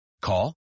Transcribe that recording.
Call